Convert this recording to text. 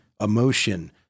emotion